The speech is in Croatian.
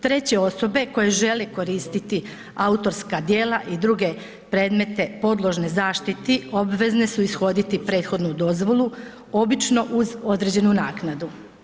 Treće osobe koje žele koristiti autorska djela i druge predmete podložne zaštiti obvezne su ishoditi prethodnu dozvolu obično uz određenu naknadu.